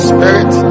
Spirit